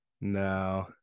no